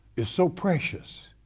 is so precious,